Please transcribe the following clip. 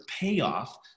payoff